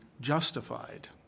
justified